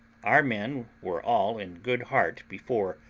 our men were all in good heart before,